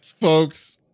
Folks